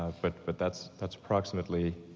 but but that's that's approximately,